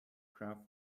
graph